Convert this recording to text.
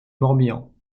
morbihan